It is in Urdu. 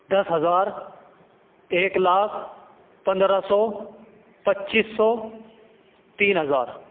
دس ہزار ایک لاکھ پندرہ سو پچیس سو تین ہزار